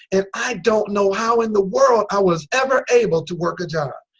and i don't know how in the world i was ever able to work a job.